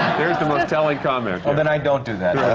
there's the most telling comment. well, then i don't do that.